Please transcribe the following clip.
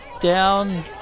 down